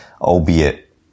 albeit